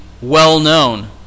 well-known